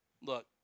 look